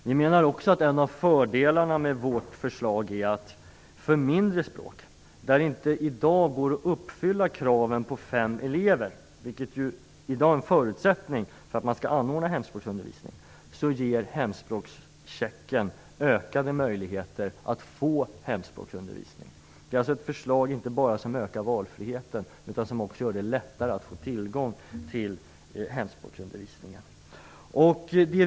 Vi menar också att en av fördelarna med vårt förslag är att mindre språk, för vilka det inte går att uppfylla kravet på minst fem elever som i dag är en förutsättning för att hemspråksundervisning skall anordnas, ges ökade möjligheter till detta genom hemspråkschecken. Förslaget ökar alltså inte bara valfriheten utan gör det också lättare att få tillgång till hemspråksundervisning.